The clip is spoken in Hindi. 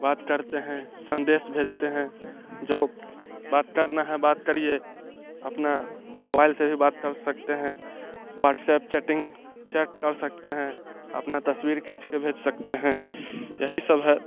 बात करते हैं संदेश भेजते हैं जो बात करना है बात करिए अपना मोबाइल से ही बात कर सकते हैं व्हाट्सएप चैटिंग चैट कर सकते हैं अपना तस्वीर खींच के भेज सकते हैं यही सब है